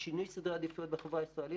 סדרי העדיפויות בחברה הישראלית,